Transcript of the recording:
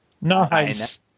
Nice